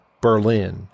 Berlin